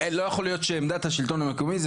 לא יכול להיות שעמדת השלטון המקומי זה